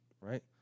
right